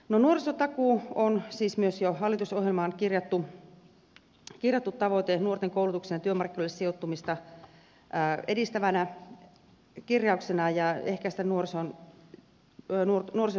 nuorisotakuu on siis myös jo hallitusohjelmaan kirjattu tavoite nuorten koulutukseen ja työmarkkinoille sijoittumista edistävänä ja nuorisotyöttömyyttä ehkäisevänä kirjauksena